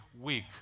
week